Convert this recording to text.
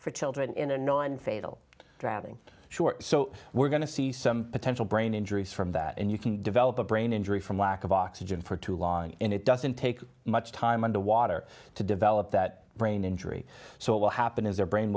for children in a non fatal drowning short so we're going to see some potential brain injuries from that and you can develop a brain injury from lack of oxygen for too long and it doesn't take much time underwater to develop that brain injury so it will happen is their brain